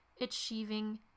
achieving